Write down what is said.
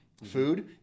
Food